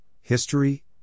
History